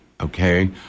Okay